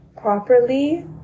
properly